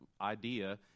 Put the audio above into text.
idea